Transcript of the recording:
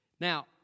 Now